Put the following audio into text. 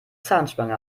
zahnspange